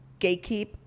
gatekeep